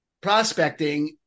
prospecting